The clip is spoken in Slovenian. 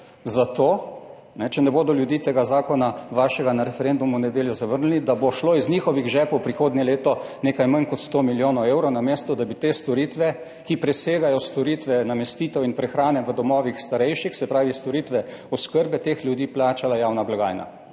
za to, če ne bodo ljudje vašega zakona na referendumu v nedeljo zavrnili, da bo šlo iz njihovih žepov prihodnje leto nekaj manj kot sto milijonov evrov, namesto da bi te storitve, ki presegajo storitve namestitev in prehrane v domovih za starejše, se pravi storitve oskrbe teh ljudi, plačala javna blagajna.